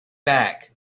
back